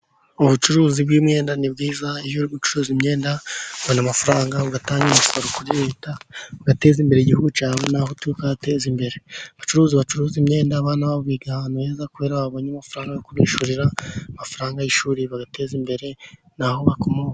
Ubucuruzi bw'imyenda ni bwiyiza iyo uri gucuruza imyenda ubona amafaranga ugatanga imisoro kuri leta ugateze imbere igihugu cyawe, n'aho utuya ukahateza imbere. Abacuruzi bacuruza imyenda abana babo biga ahantu heza, kubera babona amafaranga yo kubishyurira amafaranga y'ishuri, bagateza imbere n'aho bakomoka.